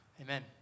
Amen